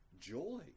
joy